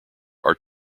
are